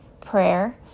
prayer